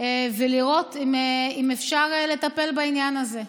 ולראות אם אפשר לטפל בעניין הזה.